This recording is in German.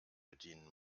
bedienen